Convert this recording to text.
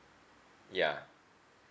ya